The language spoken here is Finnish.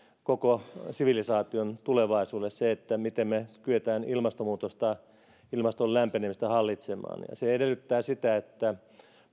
koko sivilisaation tulevaisuudelle se miten me kykenemme ilmastonmuutosta ilmaston lämpenemistä hallitsemaan se edellyttää sitä että